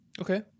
okay